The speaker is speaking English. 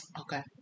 Okay